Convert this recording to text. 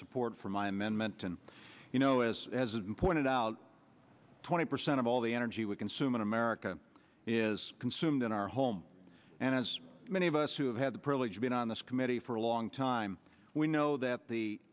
support for my amendment and you know as pointed out twenty percent of all the energy we consume in america is consumed in our home and as many of us who have had the privilege of being on this committee for a long time we know that the